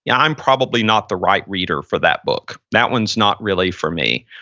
yeah i'm probably not the right reader for that book. that one's not really for me.